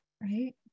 right